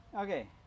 Okay